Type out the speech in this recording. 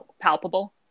palpable